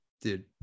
dude